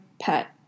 pet